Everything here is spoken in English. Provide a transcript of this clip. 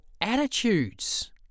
attitudes